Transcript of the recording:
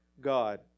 God